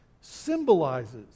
symbolizes